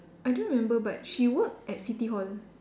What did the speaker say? I don't remember but she work at City Hall